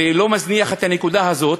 ולא מזניח את הנקודה הזאת,